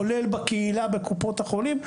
כולל בקהילה בקופות החולים.